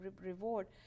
reward